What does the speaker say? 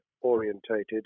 orientated